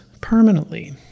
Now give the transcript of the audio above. permanently